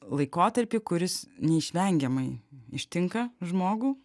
laikotarpį kuris neišvengiamai ištinka žmogų